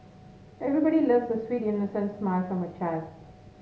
everybody loves a sweet innocent smile from a child